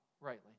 rightly